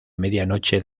medianoche